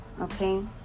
Okay